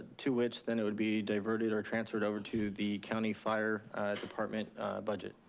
to which then it would be diverted or transferred over to the county fire department budget.